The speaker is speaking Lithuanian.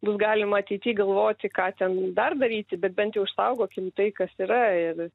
bus galima ateity galvoti ką ten dar daryti bet bent jau išsaugokim tai kas yra ir